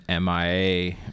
MIA